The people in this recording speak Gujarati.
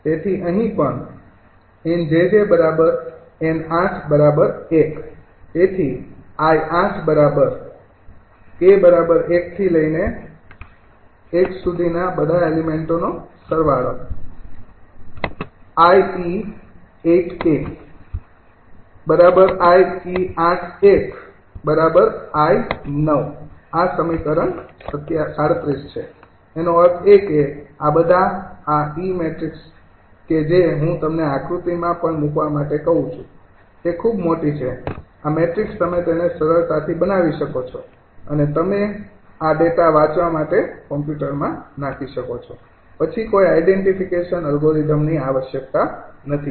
તેથી અહીં પણ 𝑁𝑗𝑗𝑁૮૧ તેથી 𝑖𝑒૮૧ 𝑖૯ આ સમીકરણ ૩૭ છે તેનો અર્થ એ કે આ બધા આ ઇ મેટ્રિક્સ કે જે હું તમને આકૃતિમાં પણ મૂકવા માટે કહું છું તે ખૂબ મોટી છે આ મેટ્રિક્સ તમે તેને સરળતાથી બનાવી શકો છો અને આ તમે આ ડેટા વાંચવા માટે કમ્પ્યુટરમાં નાખી શકો છો પછી કોઈ આઇડેન્તિફિકેશન અલ્ગોરિધમની આવશ્યકતા નથી